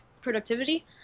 productivity